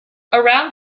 around